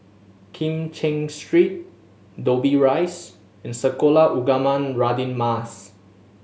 Kim Cheng Street Dobbie Rise and Sekolah Ugama Radin Mas